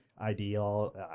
ideal